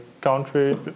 country